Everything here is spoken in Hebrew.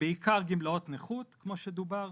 בעיקר גמלאות נכות כמו שדובר.